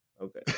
okay